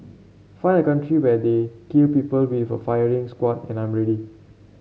find a country where they kill people with a firing squad and I'm ready